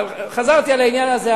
חזרתי על העניין הזה.